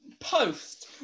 post